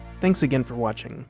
thanks again for watching!